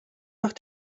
nach